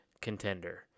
contender